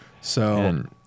So-